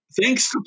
thanks